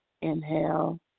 Inhale